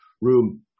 room